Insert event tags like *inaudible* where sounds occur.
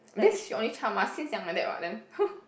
best she only child mah since young like that [what] then *laughs*